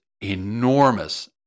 enormous